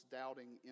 doubting